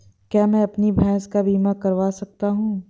क्या मैं अपनी भैंस का बीमा करवा सकता हूँ?